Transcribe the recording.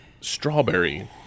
Strawberry